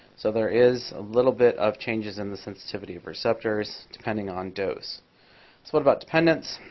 so there is a little bit of changes in the sensitivity of receptors, depending on dose. so what about dependence?